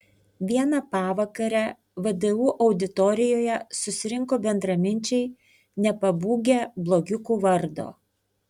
vieną pavakarę vdu auditorijoje susirinko bendraminčiai nepabūgę blogiukų vardo